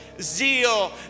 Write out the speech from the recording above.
zeal